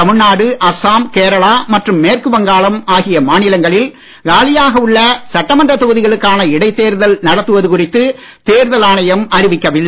தமிழ்நாடு அஸ்ஸாம் கேரளா மற்றும் மேற்குவங்காளம் ஆகிய மாநிலங்களில் காலியாக உள்ள சட்டமன்ற தொகுதிகளுக்கான இடைத் தேர்தல் நடத்துவது குறித்து தேர்தல் ஆணையம் அறிவிக்கவில்லை